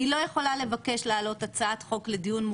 היא לא יכולה לבקש להעלות הצעת חוק לדיון